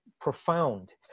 profound